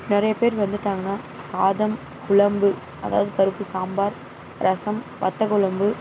நிறைய பேர் வந்துட்டாங்கன்னா சாதம் குழம்பு அதாவது பருப்பு சாம்பார் ரசம் வத்த குழம்பு